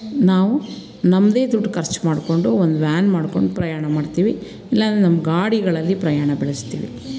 ನಾವು ನಮ್ಮದೇ ದುಡ್ಡು ಖರ್ಚು ಮಾಡಿಕೊಂಡು ಒಂದು ವ್ಯಾನ್ ಮಾಡ್ಕೊಂಡು ಪ್ರಯಾಣ ಮಾಡ್ತೀವಿ ಇಲ್ಲ ಅಂದ್ರೆ ನಮ್ಮ ಗಾಡಿಗಳಲ್ಲಿ ಪ್ರಯಾಣ ಬೆಳೆಸ್ತೀವಿ